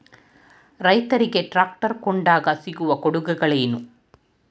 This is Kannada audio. ರೈತರಿಗೆ ಟ್ರಾಕ್ಟರ್ ಕೊಂಡಾಗ ಸಿಗುವ ಕೊಡುಗೆಗಳೇನು?